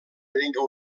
llengua